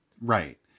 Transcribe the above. Right